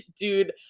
dude